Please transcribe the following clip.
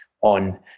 on